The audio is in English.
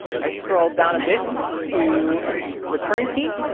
i scrolled down a bit to return key,